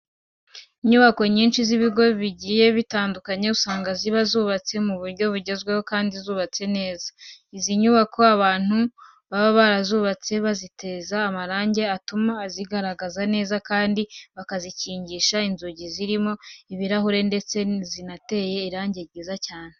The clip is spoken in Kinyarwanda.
Inyubako nyinshi z'ibigo bigiye bitandukanye usanga ziba zubatse mu buryo bugezweho kandi zubatse neza cyane. Izi nyubako abantu baba barazubatse bazitera amarangi atuma zigaragara neza kandi bakazikingisha inzugi zirimo ibirahure ndetse zinateye irange ryiza cyane.